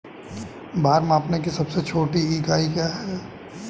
भार मापने की सबसे छोटी इकाई क्या है?